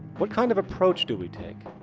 what kind of approach do we take?